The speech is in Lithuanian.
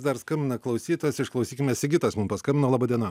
dar skambina klausytojas išklausykime sigitas mum paskambino laba diena